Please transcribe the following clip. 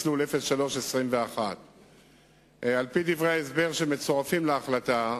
מסלול 0321. על-פי דברי ההסבר שמצורפים להחלטה,